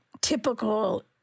typical